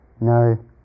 No